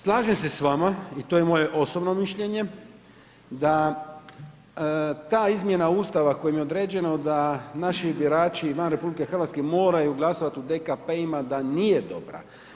Slažem se s vama i to je moje osobno mišljenje, da ta izmjena Ustava, kojem je određeno, da naši birači van RH, moraju glasovati u DKP-ima, da nije dobra.